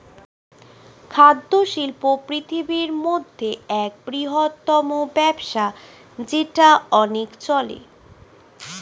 খাদ্য শিল্প পৃথিবীর মধ্যে এক বৃহত্তম ব্যবসা যেটা অনেক চলে